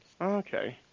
okay